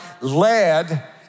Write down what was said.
led